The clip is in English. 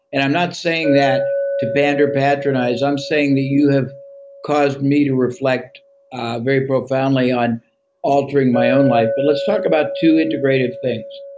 and i'm not saying that to banter, patronize. i'm saying that you have caused me to reflect very profoundly on altering my own life, but let's talk about two integrative was